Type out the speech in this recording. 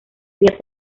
vía